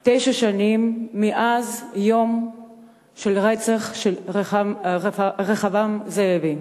היום תשע שנים מאז יום הרצח של רחבעם זאבי,